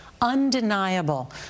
Undeniable